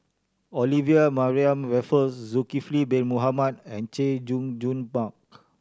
Olivia Mariamne Raffles Zulkifli Bin Mohamed and Chay Jung Jun Mark